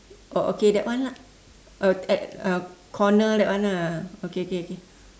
oh okay that one lah uh at uh corner that one lah okay okay okay